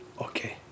Okay